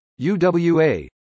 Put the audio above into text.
UWA